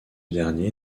dernier